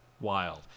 wild